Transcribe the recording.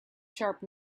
sharp